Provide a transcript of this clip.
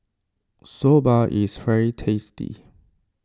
Soba is very tasty